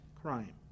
crime